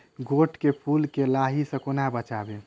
गोट केँ फुल केँ लाही सऽ कोना बचाबी?